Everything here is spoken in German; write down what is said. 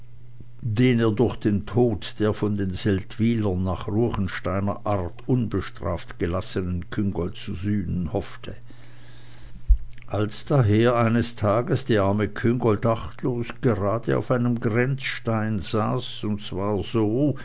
den er durch den tod der von den seldwylern nach ruechensteiner ansicht unbestraft gelassenen küngolt zu sühnen hoffte als daher eines tages die arme küngolt achtlos gerade auf einem grenzsteine saß und zwar so